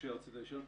משה, רצית לשאול?